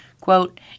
Quote